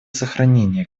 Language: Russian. сохранение